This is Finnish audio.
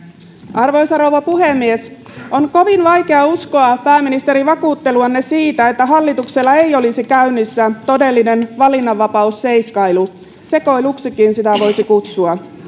arvoisa rouva puhemies on kovin vaikea uskoa pääministeri vakuutteluanne siitä että hallituksella ei olisi käynnissä todellinen valinnanvapausseikkailu sekoiluksikin sitä voisi kutsua